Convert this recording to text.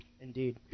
Indeed